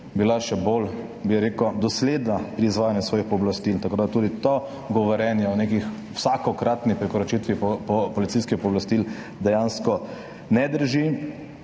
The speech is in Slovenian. še bolj, bi rekel, dosledna pri izvajanju svojih pooblastil. Tako da tudi to govorjenje o neki vsakokratni prekoračitvi policijskih pooblastil dejansko ne drži.